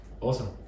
Awesome